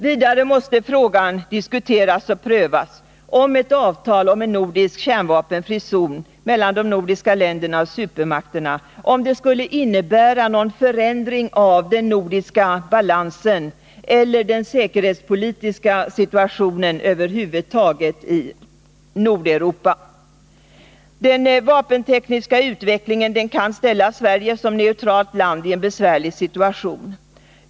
Vidare måste frågan diskuteras och prövas, om ett avtal om en nordisk kärnvapenfri zon mellan de nordiska länderna och supermakterna skulle innebära någon förändring av den nordiska balansen eller den säkerhetspolitiska situationen över huvud taget i Nordeuropa. Den vapentekniska utvecklingen kan ställa Sverige som neutralt land i en besvärlig situation.